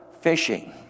fishing